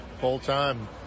full-time